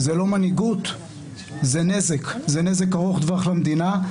זה לא מנהיגות, זה נזק, זה נזק ארוך טווח למדינה.